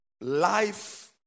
life